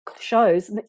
Shows